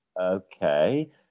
Okay